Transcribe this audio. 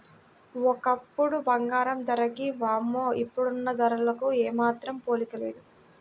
ఒకప్పుడు బంగారం ధరకి వామ్మో ఇప్పుడున్న ధరలకు ఏమాత్రం పోలికే లేదు